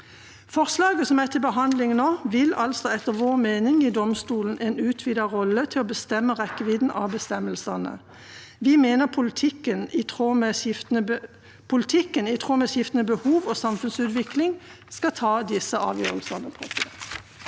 Forslaget som er til behandling nå, vil altså etter vår mening gi domstolene en utvidet rolle til å bestemme rekkevidden av bestemmelsene. Vi mener politikken, i tråd med skiftende behov og samfunnsutvikling, skal ta disse avgjørelsene.